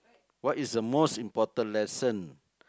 what is the most important lesson